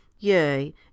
Yea